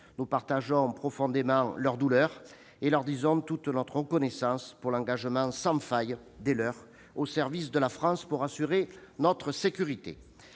Nous partageons profondément leur douleur et leur disons toute notre reconnaissance pour l'engagement sans faille des leurs au service de la France pour assurer notre sécurité.